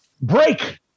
break